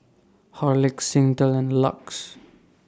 Horlicks Singtel and LUX